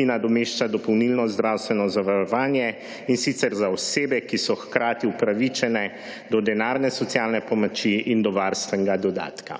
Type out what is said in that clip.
ki nadomešča dopolnilno zdravstveno zavarovanje, in sicer za osebe, ki so hkrati upravičene do denarne socialne pomoči in do varstvenega dodatka.